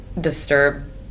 disturb